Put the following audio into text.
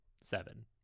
Seven